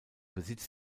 besitz